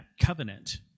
covenant